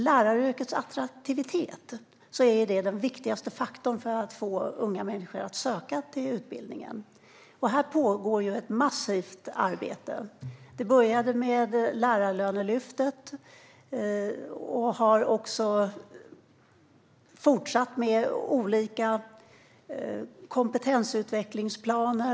Läraryrkets attraktivitet är den viktigaste faktorn för att få unga människor att söka till utbildningen. Här pågår ett massivt arbete. Det började med Lärarlönelyftet och har fortsatt med olika kompetensutvecklingsplaner.